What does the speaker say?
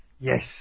Yes